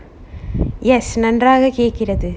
yes நன்றாக கேக்கிறது:nanraka kekkirathu